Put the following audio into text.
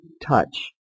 touch